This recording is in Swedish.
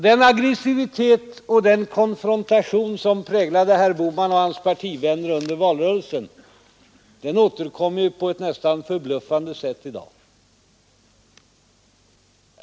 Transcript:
Den aggressivitet och den konfrontationspolitik som präglade herr Bohman och hans partivänner under valrörelsen återkom på ett nästan förbluffande sätt i dag.